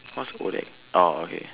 what's ODAC orh okay